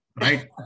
right